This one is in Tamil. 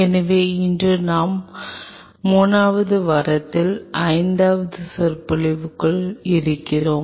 எனவே இன்று நாம் 3 வது வாரத்தின் ஐந்தாவது சொற்பொழிவுக்குள் இருக்கிறோம்